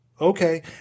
Okay